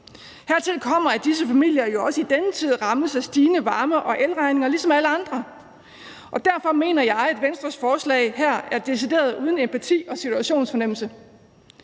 Hertil kommer, at disse familier jo også i denne tid rammes af stigende varme- og elregninger ligesom alle andre. Og derfor mener jeg, at Venstres forslag her er decideret uden empati og situationsfornemmelse.